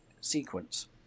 sequence